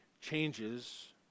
changes